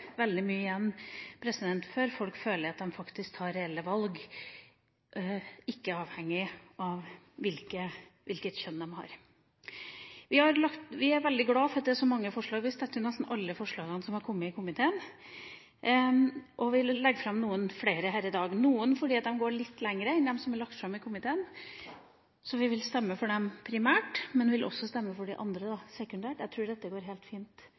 veldig mye igjen før folk føler at de faktisk har reelle valg, uavhengig av hvilket kjønn de har. Vi er veldig glad for at det er så mange forslag. Vi støtter nesten alle forslagene som har kommet i komiteen, og vil legge fram noen flere her i dag, fordi de går litt lenger enn dem som er lagt fram i komiteen. Vi vil stemme for disse primært, men vi vil stemme for de andre forslagene sekundært. Jeg vet det hørtes litt vanskelig ut, men jeg tror det går helt fint.